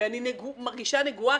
שאני מרגישה נגועה,